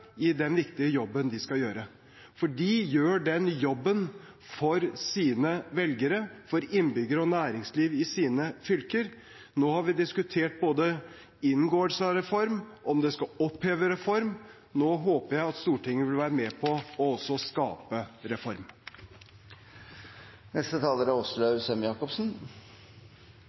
i den viktige jobben de skal gjøre, for de gjør den jobben for sine velgere, for innbyggere og næringsliv i sine fylker. Nå har vi diskutert både inngåelse av reform og om man skal oppheve reform. Nå håper jeg at Stortinget også vil være med på å skape reform.